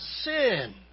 sin